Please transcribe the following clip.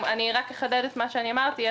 רק אחדד את מה שאני אמרתי.